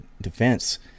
defense